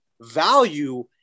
value